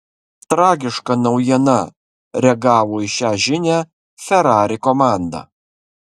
tragiška naujiena reagavo į šią žinią ferrari komanda